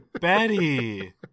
Betty